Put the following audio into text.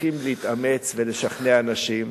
צריכים להתאמץ ולשכנע אנשים.